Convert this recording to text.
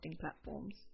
platforms